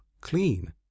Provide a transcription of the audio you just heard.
clean